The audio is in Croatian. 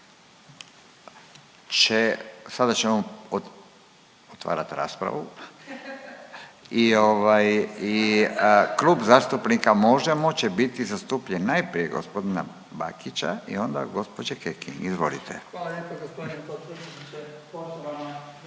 sada ćemo otvarat raspravu i ovaj i Klub zastupnika Možemo! će biti zastupljen najprije od g. Bakića i onda od gđe. Kekin, izvolite.